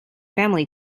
family